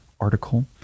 article